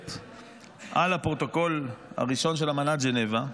נסמכת על הפרוטוקול הראשון של אמנת ז'נבה.